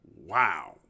Wow